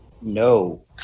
No